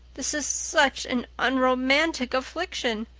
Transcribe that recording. this is such an unromantic affliction.